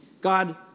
God